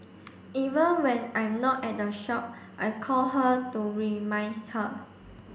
even when I'm not at the shop I call her to remind her